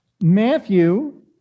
Matthew